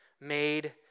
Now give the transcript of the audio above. made